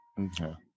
Okay